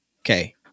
Okay